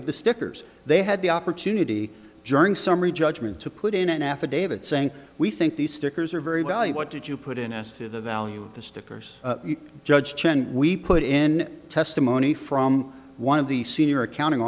of the stickers they had the opportunity during summary judgment to put in an affidavit saying we think these stickers are very value what did you put in as to the value of the stickers judge chen we put in testimony from one of the senior accounting